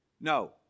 No